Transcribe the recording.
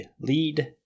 Lead